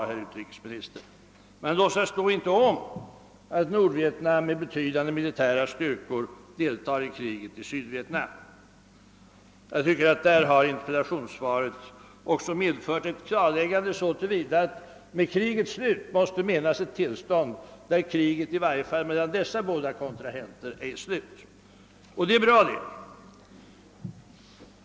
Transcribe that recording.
Herr Nilsson låtsades då inte om att Nordvietnam med betydande militära styrkor deltar i kriget i Sydvietnam. I interpellationssvaret klarläggs också att med »krigets slut« måste menas att kriget i varje fall mellan dessa båda kontrahenter verkligen är slut. Det är bra det.